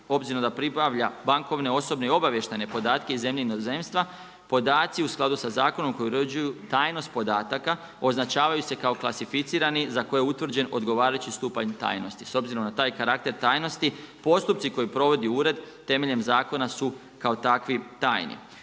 obzirom da pribavlja bankovne, osobne i obavještajne podatke iz zemlje i inozemstva, podaci u skladu sa zakonom koji uređuju tajnost podataka, označavaju se kao klasificirani za koje je utvrđen odgovarajući stupanj tajnosti. S obzirom na taj karakter tajnosti, postupci koje provodi ured temeljem zakona su kao takvi tajni.